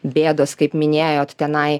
bėdos kaip minėjot tenai